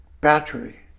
battery